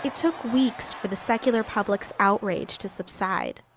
ah took weeks for the secular public's outrage to subside.